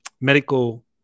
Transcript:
medical